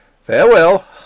Farewell